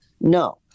no